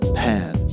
pan